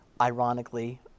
ironically